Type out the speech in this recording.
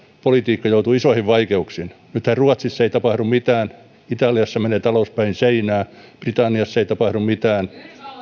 politiikka joutuu isoihin vaikeuksiin nythän ruotsissa ei tapahdu mitään italiassa menee talous päin seinää britanniassa ei tapahdu mitään